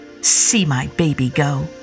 see-my-baby-go